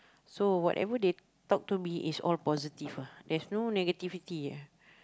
so whatever they talk to me is all positive ah there's no negativity ah